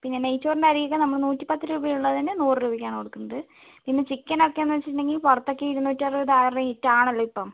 പിന്നെ നെയ്ച്ചോറിൻ്റെ അരി ഒക്കെ നമ്മൾ നൂറ്റിപ്പത്ത് രൂപയുള്ളതിന് നൂറ് രൂപയ്ക്കാണ് കൊടുക്കുന്നത് പിന്നെ ചിക്കനൊക്കെയെന്ന് വച്ചിട്ടുണ്ടെങ്കിൽ പുറത്തൊക്കെ ഇരുന്നൂറ്ററുപത് ആ റേറ്റ് ആണല്ലോ ഇപ്പം